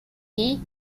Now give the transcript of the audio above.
key